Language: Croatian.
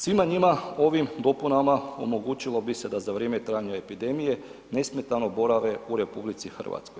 Svima njima ovim dopunama omogućilo bi se da za vrijeme trajanja epidemije nesmetano borave u RH.